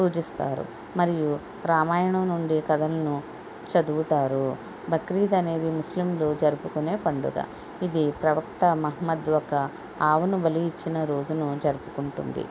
పూజిస్తారు మరియు రామాయణం నుండి కథలను చదువుతారు బక్రీద్ అనేది ముస్లింలు జరుపుకునే పండుగ ఇది ప్రవక్త మహమ్మద్ యొక్క అవును బలి ఇచ్చిన రోజును జరుపుకుంటుంది